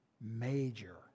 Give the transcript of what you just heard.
major